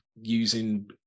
using